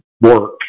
work